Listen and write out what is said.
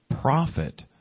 profit